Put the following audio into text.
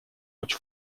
which